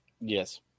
Yes